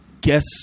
Guess